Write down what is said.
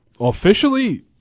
Officially